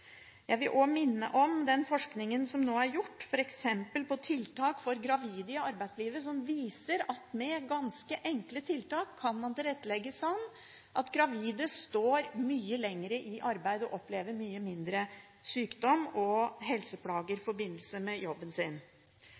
Jeg vil også minne om den forskningen som nå er gjort f.eks. på tiltak for gravide i arbeidslivet, som viser at med ganske enkle tiltak kan man tilrettelegge sånn at gravide står mye lenger i arbeid og opplever mye mindre sykdom og helseplager i forbindelse med jobben.